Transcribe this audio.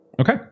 Okay